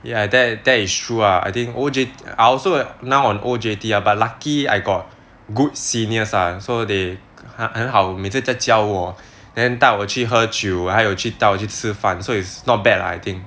ya that that is true ah I think O_J I also now on O_J_T ah but lucky I got good seniors ah so they 很好每次在教我 then 带我去喝酒还有去带我去吃饭 so it's not bad lah I think